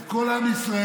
את כל עם ישראל,